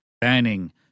banning